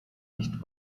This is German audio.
nicht